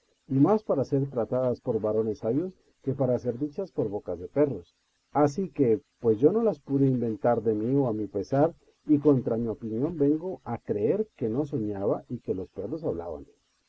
más para ser tratadas por varones sabios que para ser dichas por bocas de perros así que pues yo no las pude inventar de mío a mi pesar y contra mi opinión vengo a creer que no soñaba y que los perros hablaban